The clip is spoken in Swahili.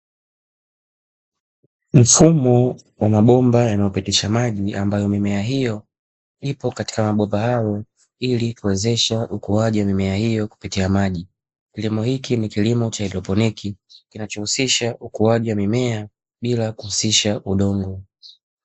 Mfumo wa mabomba yanayopitisha maji ambayo mimea hiyo ipo katika mabomba hayo, ili kuwezesha ukuaji wa mimea hiyo kupitia maji. Kilimo hiki ni kilimo cha haidroponiki kinachohusisha ukuaji wa mimea bila kuhusisha udongo.